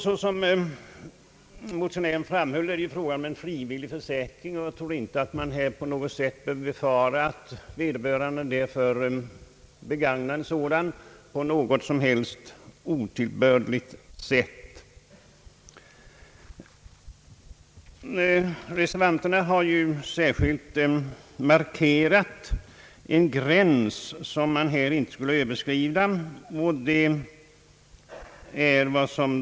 Såsom motionären framhöll är det fråga om en frivillig försäkring, och jag tror inte att man behöver befara att vederbörande begagnar en sådan på något otillbörligt sätt. Reservanterna har ju särskilt markerat en gräns, som man här inte skulle överskrida.